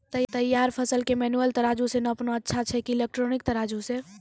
तैयार फसल के मेनुअल तराजु से नापना अच्छा कि इलेक्ट्रॉनिक तराजु से?